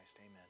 Amen